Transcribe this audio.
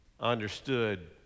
Understood